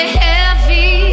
heavy